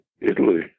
Italy